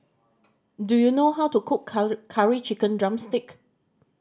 do you know how to cook Curry Chicken drumstick